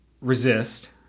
Resist